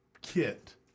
kit